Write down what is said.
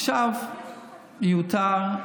עכשיו, זה מיותר,